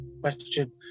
question